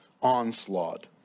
onslaught